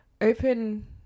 open